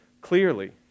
clearly